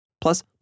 Plus